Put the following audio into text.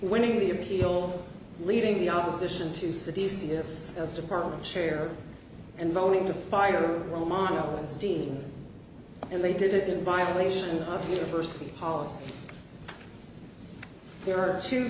winning the appeal leading the opposition to cities see this as department chair and going to fire romano dean and they did it in violation of university policy there are two